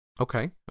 Okay